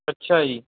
ਅੱਛਾ ਜੀ